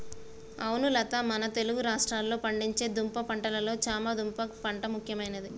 అవును లత మన తెలుగు రాష్ట్రాల్లో పండించే దుంప పంటలలో చామ దుంప పంట ముఖ్యమైనది